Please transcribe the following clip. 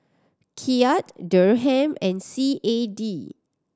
Kyat Dirham and C A D